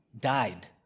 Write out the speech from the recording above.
died